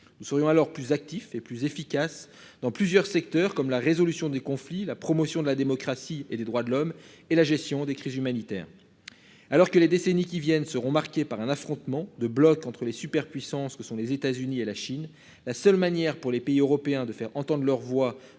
Nous serions alors plus actif et plus efficace dans plusieurs secteurs, comme la résolution des conflits. La promotion de la démocratie et des droits de l'homme et la gestion des crises humanitaires. Alors que les décennies qui viennent, seront marqués par un affrontement de bloc entre les superpuissances que sont les États-Unis et la Chine. La seule manière pour les pays européens de faire entendre leur voix